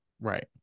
Right